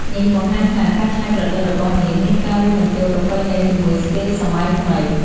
នេះបង្ហាញថា ការច្នៃប្រឌិតរបស់នាងមានការរួមបញ្ចូលប្រពៃណីជាមួយស្ទីលសម័យថ្មី។